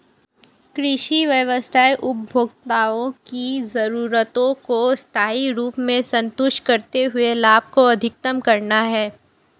कृषि व्यवसाय उपभोक्ताओं की जरूरतों को स्थायी रूप से संतुष्ट करते हुए लाभ को अधिकतम करना है